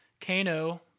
Kano